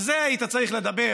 על זה היית צריך לדבר